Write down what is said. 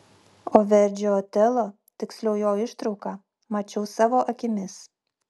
o verdžio otelo tiksliau jo ištrauką mačiau savo akimis